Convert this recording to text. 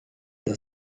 der